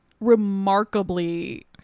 remarkably